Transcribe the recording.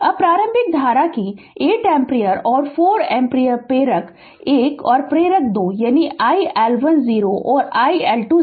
अब प्रारंभिक धारा कि 8 एम्पीयर और 4 एम्पीयर प्रेरक 1 और प्रेरक 2 यानी iL1 0 और iL2 0 के लिए दिया जाता है